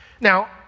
Now